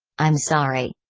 i'm sorry.